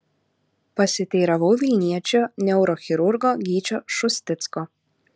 pasiteiravau vilniečio neurochirurgo gyčio šusticko